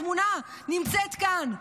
התמונה נמצאת כאן,